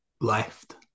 left